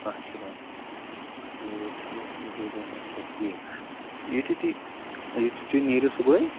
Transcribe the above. اَکھ سٮ۪کَنٛڈ ٹھیٖک کُس اچھا ٹھیٖک یُتھُے تُہۍ یُتھُے تُہۍ نیٖرِو صُبحٲے